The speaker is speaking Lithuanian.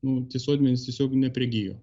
nu tie sodmenys tiesiog neprigijo